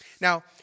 Now